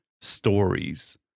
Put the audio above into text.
stories